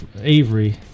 Avery